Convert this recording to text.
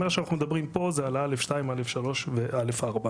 על מה שאנחנו מדברים פה זה על א/2, א/3, ו-א/4.